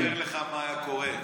אני אספר לך מה היה קורה.